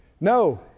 No